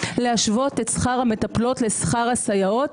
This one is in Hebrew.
להשוות את שכר המטפלות לשכר הסייעות,